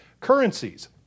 currencies